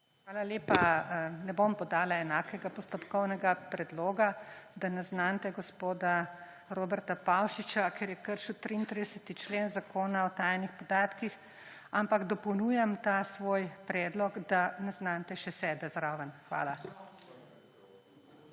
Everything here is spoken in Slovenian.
Hvala lepa. Ne bom podala enakega postopkovnega predloga, da naznanite gospoda Roberta Pavšiča, ker je kršil 33. člen Zakon o tajnih podatkih, ampak dopolnjujem ta svoj predlog, da naznanite še sebe zraven. Hvala.